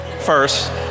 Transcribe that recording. first